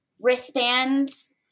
wristbands